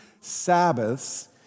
Sabbaths